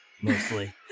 mostly